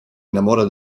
innamora